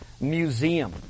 Museum